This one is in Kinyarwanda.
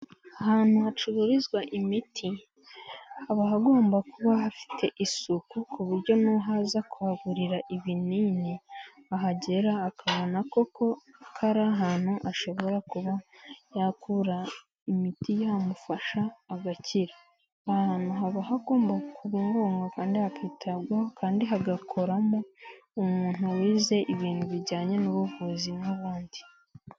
Ahantu hacururizwa imiti haba hagomba kuba hafite isuku ku buryo n'uwaza kuhagurira ibinini ahagera akabona ko ari ahantu ashobora kuba yakura imiti yamufasha agakira, aha hantu haba hagomba kuba umuganga kandi hakitabwaho kandi hagakoramo umuntu wize ibintu bijyanye n'ubuvuzi n'ubundi.